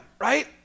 right